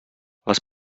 les